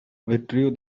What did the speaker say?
withdrew